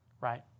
right